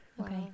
okay